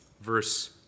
Verse